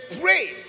pray